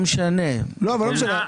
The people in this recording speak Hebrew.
לא, אבל זה פיתוח.